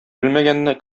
белмәгәнне